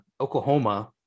Oklahoma